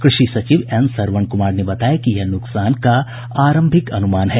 कृषि सचिव एन सरवन कुमार ने बताया कि यह नुकसान का आरंभिक अनूमान है